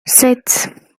sept